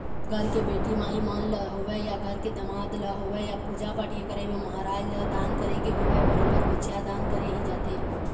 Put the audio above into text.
घर के बेटी माई मन ल होवय या घर के दमाद ल होवय या पूजा पाठ के करई म महराज ल दान करे के होवय बरोबर बछिया दान करे ही जाथे